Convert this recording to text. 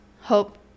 Hope